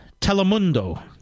Telemundo